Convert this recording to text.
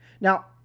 Now